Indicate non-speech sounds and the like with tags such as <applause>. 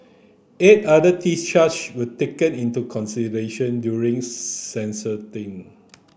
eight other theft charge were taken into consideration during <unintelligible>